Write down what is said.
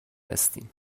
هستیم